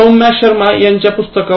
सौम्य शर्मा यांचे पुस्तक